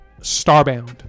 starbound